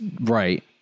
right